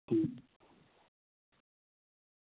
ठीक